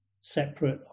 separate